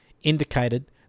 indicated